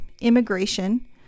immigration